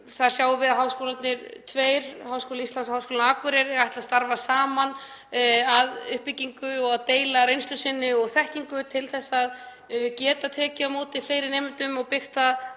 Þar sjáum við að háskólarnir tveir, Háskóli Íslands og Háskólinn á Akureyri, ætla að starfa saman að uppbyggingu og deila reynslu sinni og þekkingu til að geta tekið á móti fleiri nemendum og byggt